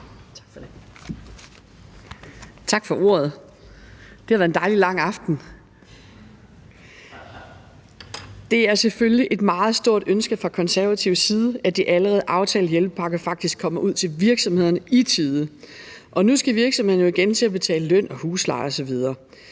Tak for ordet. Det har været en dejlig lang aften. Det er selvfølgelig et meget stort ønske fra Konservatives side, at de allerede aftalte hjælpepakker faktisk kommer ud til virksomhederne i tide. Og nu skal virksomhederne jo igen til at betale løn og husleje osv.